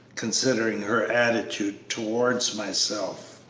considering her attitude towards myself.